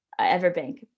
Everbank